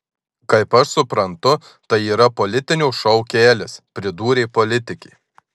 kaip aš suprantu tai yra politinio šou kelias pridūrė politikė